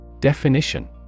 Definition